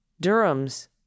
Durham's